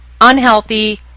unhealthy